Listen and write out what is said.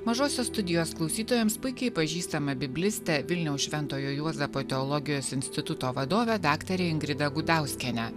mažosios studijos klausytojams puikiai pažįstamą biblistę vilniaus šventojo juozapo teologijos instituto vadovę daktarę ingridą gudauskienę